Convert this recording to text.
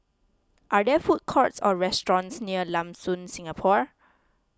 are there food courts or restaurants near Lam Soon Singapore